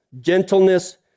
Gentleness